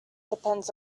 depends